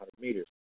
meters